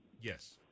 Yes